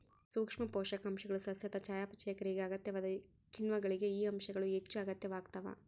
ಸೂಕ್ಷ್ಮ ಪೋಷಕಾಂಶಗಳು ಸಸ್ಯದ ಚಯಾಪಚಯ ಕ್ರಿಯೆಗೆ ಅಗತ್ಯವಾದ ಕಿಣ್ವಗಳಿಗೆ ಈ ಅಂಶಗಳು ಹೆಚ್ಚುಅಗತ್ಯವಾಗ್ತಾವ